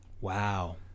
Wow